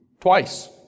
twice